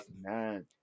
Man